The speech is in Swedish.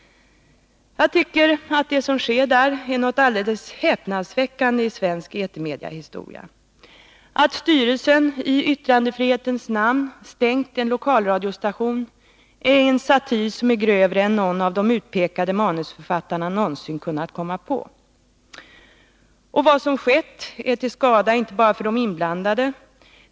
Jag tycker att det som sker där är någonting alldeles häpnadsväckande i svensk etermediehistoria. Att styrelsen i yttrandefrihetens namn stängt en lokalradiostation är en satir som är grövre än någon av de utpekade manusförfattarna någonsin kunnat komma på. Det som skett är till skada inte bara för de inblandade.